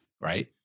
right